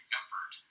effort